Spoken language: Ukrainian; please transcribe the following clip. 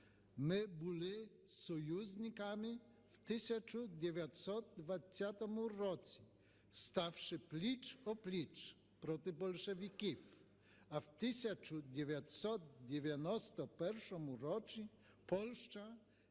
Ми були союзниками в 1920 році, ставши пліч-о-пліч проти більшовиків, а в 1991 році Польща